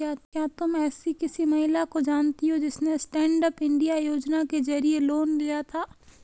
क्या तुम एसी किसी महिला को जानती हो जिसने स्टैन्डअप इंडिया योजना के जरिए लोन लिया था?